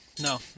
No